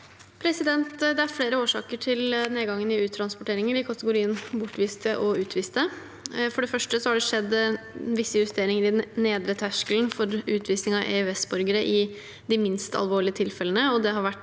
Det er flere årsaker til nedgangen i uttransporteringen i kategorien bortviste og utviste. For det første har det skjedd visse justeringer i den nedre terskelen for utvisning av EØS-borgere i de minst alvorlige tilfellene.